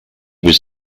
was